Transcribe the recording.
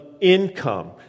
income